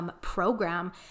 program